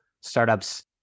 startups